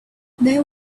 there